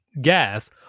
gas